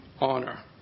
honor